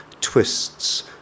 twists